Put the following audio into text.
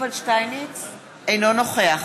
אינו נוכח